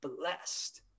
blessed